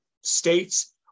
states